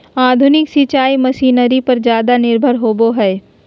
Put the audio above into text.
आधुनिक सिंचाई मशीनरी पर ज्यादा निर्भर होबो हइ